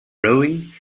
rowing